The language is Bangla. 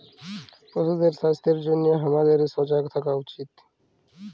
পশুদের স্বাস্থ্যের জনহে হামাদের সজাগ থাকা উচিত